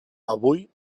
avui